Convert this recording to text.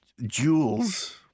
jewels